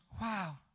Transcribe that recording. wow